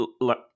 look